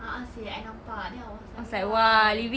a'ah seh I nampak then I was like why